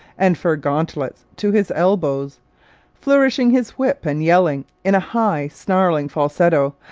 and fur gauntlets to his elbows flourishing his whip and yelling, in a high, snarling falsetto,